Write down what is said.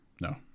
No